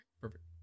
perfect